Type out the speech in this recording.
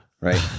right